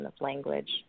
language